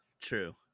True